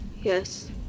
Yes